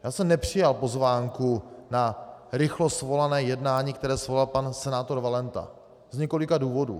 Já jsem nepřijal pozvánku na narychlo svolané jednání, které svolal pan senátor Valenta, z několika důvodů.